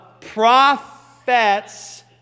prophets